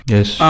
Yes